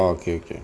orh okay okay